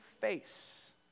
face